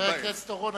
חבר הכנסת אורון,